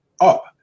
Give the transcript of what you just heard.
up